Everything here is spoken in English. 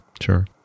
sure